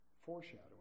foreshadowing